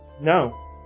no